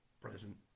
present